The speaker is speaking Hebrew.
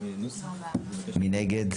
מי נגד?